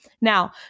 Now